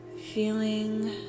feeling